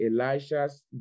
Elisha's